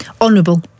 Honourable